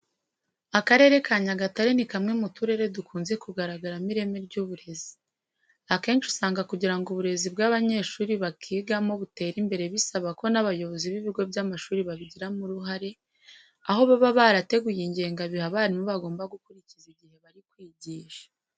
Akarere ka Nyagatare ni kamwe mu turere dukunze kugaragaramo ireme ry'uburezi. Akenshi usanga kugira ngo uburezi by'abanyeshuri bakigamo butere imbere bisaba ko n'abayobozi b'ibigo by'amashuri babigiramo uruhare, aho baba barateguye ingengabihe abarimu bagomba gukurikiza igihe bari kwigisha.